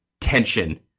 tension